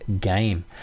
game